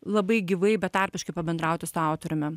labai gyvai betarpiškai pabendrauti su autoriumi